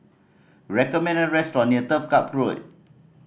recommend a restaurant near Turf Ciub Road